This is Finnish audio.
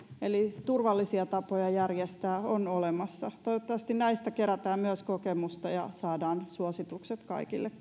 eli turvallisia tapoja järjestää on olemassa toivottavasti näistä myös kerätään kokemusta ja saadaan suositukset kaikille